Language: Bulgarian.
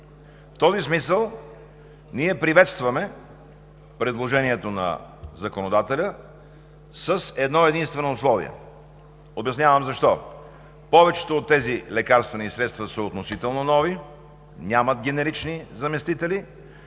В този смисъл ние приветстваме предложението на законодателя с едно-единствено условие. Обяснявам защо. Повечето от тези лекарствени средства са относително нови, нямат генерични заместители,